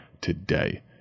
today